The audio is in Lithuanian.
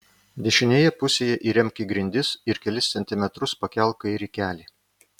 dešinėje pusėje įremk į grindis ir kelis centimetrus pakelk kairį kelį